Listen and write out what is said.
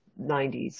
90s